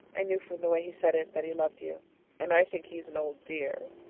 i knew from the way he said it that he loved you and i think he's an old dear!